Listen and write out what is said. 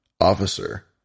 officer